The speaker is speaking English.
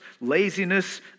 laziness